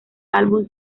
álbum